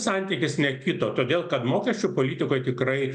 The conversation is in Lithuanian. santykis nekito todėl kad mokesčių politikoj tikrai